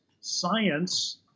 science